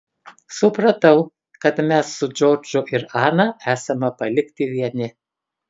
supratau kad mes su džordžu ir ana esame palikti vieni